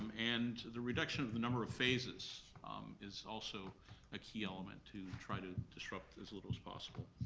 um and the reduction of the number of phases is also a key element to try to disrupt as little as possible.